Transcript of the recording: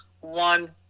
one